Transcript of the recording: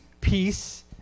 peace